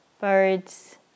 birds